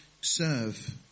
serve